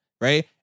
right